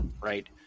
right